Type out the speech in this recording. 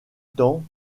temps